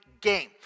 game